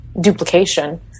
duplication